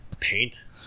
paint